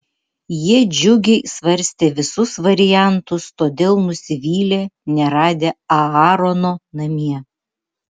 jie džiugiai svarstė visus variantus todėl nusivylė neradę aarono namie